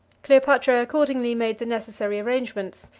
cleopatra accordingly made the necessary arrangements,